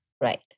Right